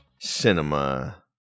cinema